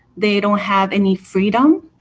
they don't have any freedom,